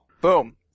Boom